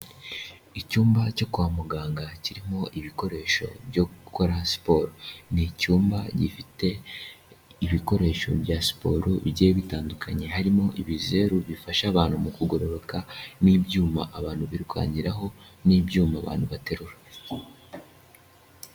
Icyumba cyo kwa muganga kirimo ibikoresho byo gukora siporo. Ni icyumba gifite, ibikoresho bya siporo bigiye bitandukanye harimo ibizeru bifasha abantu mu kugororoka, n'ibyuma abantu birukankiraho, n'ibyuma abantu baterura.